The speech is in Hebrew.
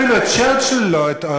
אם הוא היה מצטט אפילו את צ'רצ'יל או מישהו,